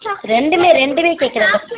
ரெண்டுமே ரெண்டுமே கேட்குறேன்